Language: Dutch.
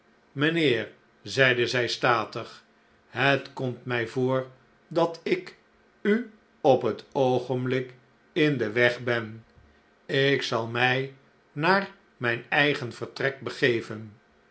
mijnheer zeide zij statig het komt mij voor dat ik u op het oogenblik in den weg ben ik zal mij naar mh'n eigen vertrek begeven